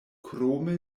krome